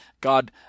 God